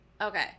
Okay